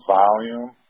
volume